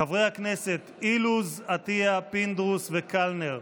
חברי הכנסת אילוז, עטייה, פינדרוס וקלנר,